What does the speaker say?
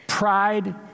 Pride